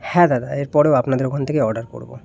হ্যাঁ দাদা এর পরেও আপনাদের ওখান থেকে অর্ডার করব